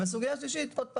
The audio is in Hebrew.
והסוגיה השלישית: עוד פעם,